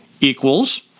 equals